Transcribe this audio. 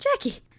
Jackie